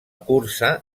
cursa